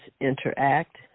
interact